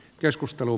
keskustelu